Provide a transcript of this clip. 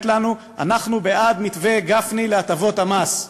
לנו: אנחנו בעד מתווה גפני להטבות המס,